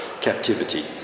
captivity